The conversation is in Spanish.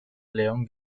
león